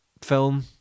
film